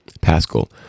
Pascal